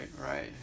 right